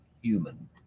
human